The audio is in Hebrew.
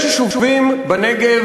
יש יישובים בנגב